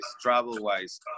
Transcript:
travel-wise